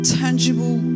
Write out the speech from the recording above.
tangible